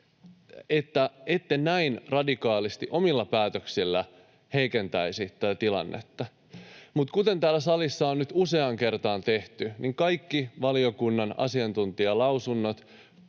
että ette näin radikaalisti omilla päätöksillänne heikentäisi tätä tilannetta. Mutta kuten täällä salissa on nyt useaan kertaan tehty, niin kaikki valiokunnan asiantuntijalausunnot